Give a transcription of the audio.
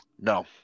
no